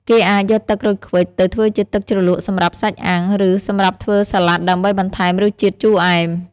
គេអាចយកទឹកក្រូចឃ្វិចទៅធ្វើជាទឹកជ្រលក់សម្រាប់សាច់អាំង ឬសម្រាប់ធ្វើសាឡាត់ដើម្បីបន្ថែមរសជាតិជូរអែម។